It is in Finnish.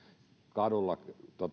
kadulla